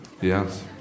Yes